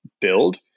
build